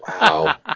Wow